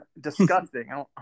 disgusting